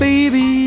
Baby